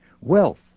wealth